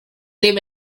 live